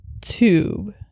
tube